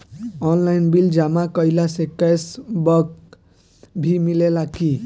Online bill जमा कईला से कैश बक भी मिलेला की?